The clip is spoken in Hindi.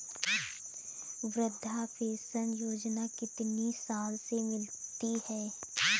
वृद्धा पेंशन योजना कितनी साल से मिलती है?